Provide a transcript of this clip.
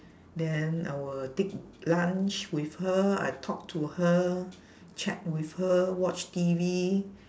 then I will take lunch with her I talk to her chat with her watch T_V